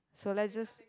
so let just